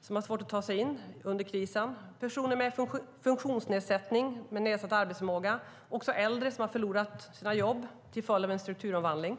som har svårt att ta sig in under krisen. Det handlar också om personer med funktionsnedsättning och nedsatt arbetsförmåga och äldre som har förlorat sina jobb till följd av en strukturomvandling.